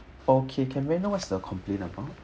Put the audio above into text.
okay can may I know what's the complain about